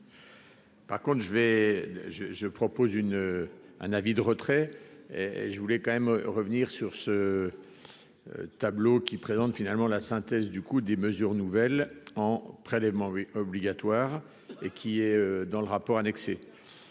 vais je je propose une un avis de retrait et je voulais quand même revenir sur ce tableau, qui présente finalement la synthèse du coup des mesures nouvelles en prélèvement obligatoire et qui est dans le rapport annexé